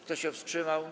Kto się wstrzymał?